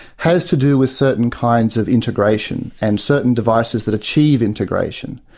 has to do with certain kinds of integration and certain devices that achieve integration.